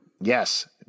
Yes